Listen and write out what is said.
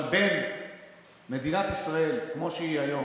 אבל בין מדינת ישראל כמו שהיא היום,